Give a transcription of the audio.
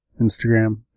Instagram